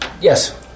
Yes